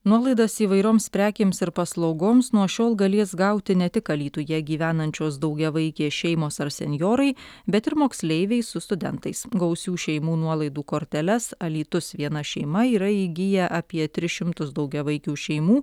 nuolaidas įvairioms prekėms ir paslaugoms nuo šiol galės gauti ne tik alytuje gyvenančios daugiavaikės šeimos ar senjorai bet ir moksleiviai su studentais gausių šeimų nuolaidų korteles alytus viena šeima yra įgiję apie tris šimtus daugiavaikių šeimų